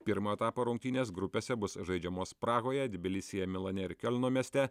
pirmo etapo rungtynės grupėse bus žaidžiamos prahoje tbilisyje milane ir kiolno mieste